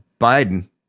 Biden